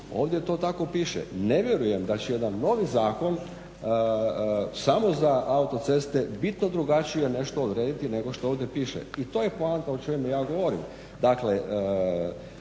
Ovdje to tako piše. Ne vjerujem da će jedan novi zakon samo za autoceste bitno drugačije nešto odrediti nego što ovdje piše. I to je poanta o čemu ja govorim.